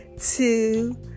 two